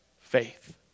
faith